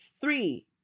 Three